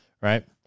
Right